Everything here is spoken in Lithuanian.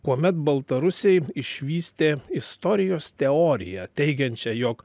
kuomet baltarusiai išvystė istorijos teoriją teigiančią jog